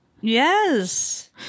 Yes